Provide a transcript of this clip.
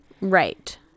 Right